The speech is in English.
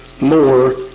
more